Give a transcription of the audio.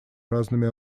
разными